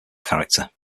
character